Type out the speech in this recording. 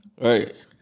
right